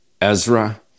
Ezra